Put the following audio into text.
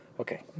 Okay